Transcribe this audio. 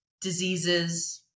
diseases